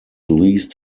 least